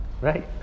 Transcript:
Right